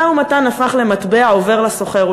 משא-ומתן הפך למטבע עובר לסוחר.